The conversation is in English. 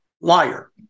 liar